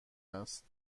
است